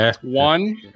one